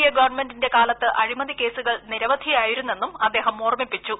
A ഗവൺമെന്റിന്റെ കാലത്ത് അഴിമതിക്കേസുകൾ നിരവധിയായിരുന്നെന്നും അദ്ദേഹം ഓർമ്മിപ്പിച്ചു